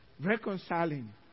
Reconciling